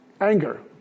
Anger